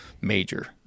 major